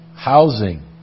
Housing